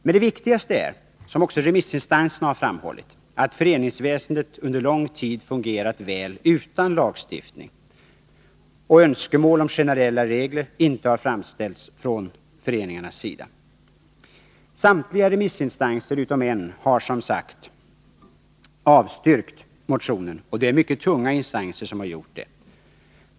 Men det viktigaste är, som också remissinstanserna har framhållit, att föreningsväsendet under lång tid fungerat väl utan lagstiftning och att önskemål om generella regler inte har framställts från föreningarnas sida. Samtliga remissinstanser utom en har som sagt avstyrkt motionen. Det är mycket tunga instanser som har gjort det.